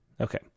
Okay